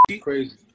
crazy